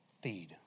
Feed